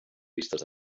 vistes